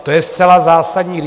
To je zcela zásadní.